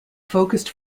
focused